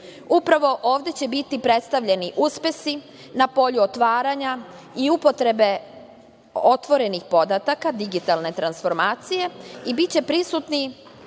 Upravo ovde će biti predstavljeni uspesi na polju otvaranja i upotrebe otvorenih podataka digitalne transformacije i biće prisutni